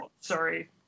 sorry